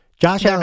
Josh